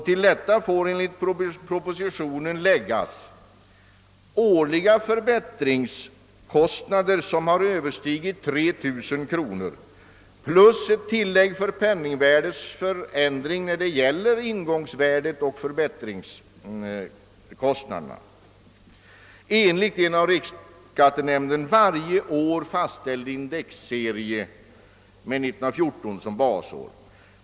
Till detta får enligt propositionens förslag läggas årliga förbättringskostnader som har Ööverstigit 3000 kronor plus ett tillägg för penningvärdets förändring när det gäller ingångsvärdet och förbättringskostnaderna enligt en av riksskattenämnden varje år fastställd indexserie med 1914 som basår.